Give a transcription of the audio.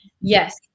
yes